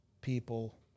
people